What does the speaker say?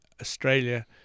Australia